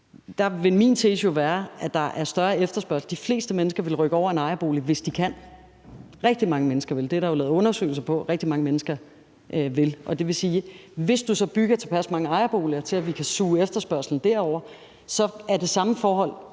min tese jo være, at der er større efterspørgsel på ejerboliger; de fleste mennesker vil rykke over i en ejerbolig, hvis de kan. Rigtig mange mennesker vil. Det er der jo lavet undersøgelser af at rigtig mange mennesker vil. Det vil sige, at hvis du så bygger tilpas mange ejerboliger til, at vi kan suge efterspørgslen derover, så gør det samme forhold